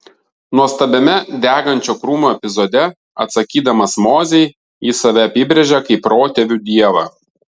nuostabiame degančio krūmo epizode atsakydamas mozei jis save apibrėžia kaip protėvių dievą